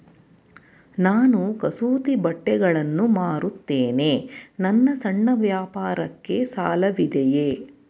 ನಾನು ಕಸೂತಿ ಬಟ್ಟೆಗಳನ್ನು ಮಾರುತ್ತೇನೆ ನನ್ನ ಸಣ್ಣ ವ್ಯಾಪಾರಕ್ಕೆ ಸಾಲವಿದೆಯೇ?